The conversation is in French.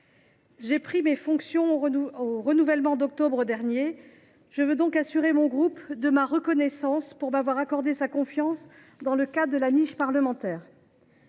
J’ai pris mes fonctions lors du renouvellement d’octobre dernier ; je veux donc assurer mon groupe de ma reconnaissance pour m’avoir accordé sa confiance dans le cadre de sa niche parlementaire.